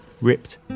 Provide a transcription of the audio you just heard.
ripped